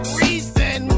reason